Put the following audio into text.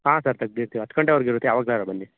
ಹಾಂ ಸರ್ ತೆಗೆದಿಡ್ತಿವಿ ಹತ್ತು ಗಂಟೆವರೆಗೆ ಇರತ್ತೆ ಯಾವಾಗ್ಲಾರು ಬನ್ನಿ